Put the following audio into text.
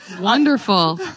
Wonderful